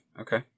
okay